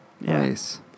Nice